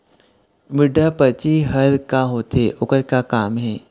Withdraw परची हर का होते, ओकर का काम हे?